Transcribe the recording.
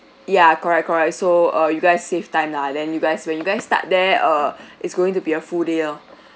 ya correct correct so uh you guys save time lah then you guys when you guys start there err is going to be a full day oh